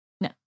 No